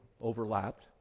overlapped